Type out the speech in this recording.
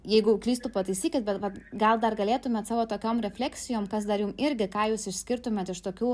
jeigu klystu pataisykit bet vat gal dar galėtumėt savo tokiom refleksijom kas dar jum irgi ką jūs išskirtumėt iš tokių